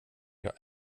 jag